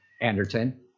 Anderton